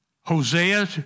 Hosea